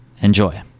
Enjoy